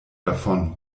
davon